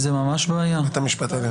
ממש לא היה.